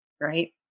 Right